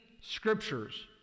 scriptures